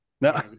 no